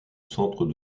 centre